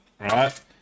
right